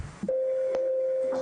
מצוין.